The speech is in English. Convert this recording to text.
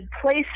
place